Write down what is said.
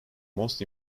most